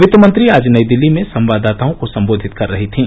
वित्त मंत्री आज नई दिल्ली में संवाददाताओं को संबोधित कर रही थीं